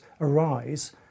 arise